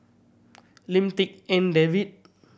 Lim Tik En David